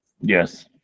Yes